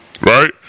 right